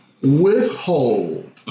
withhold